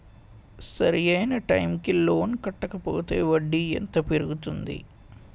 సరి అయినా టైం కి లోన్ కట్టకపోతే వడ్డీ ఎంత పెరుగుతుంది?